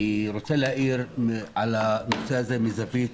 אני רוצה להאיר על הנושא הזה מזווית